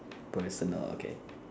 personal okay